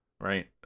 right